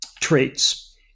traits